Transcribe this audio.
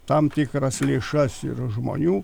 tam tikras lėšas ir iš žmonių